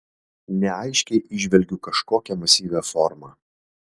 neaiškiai įžvelgiu kažkokią masyvią formą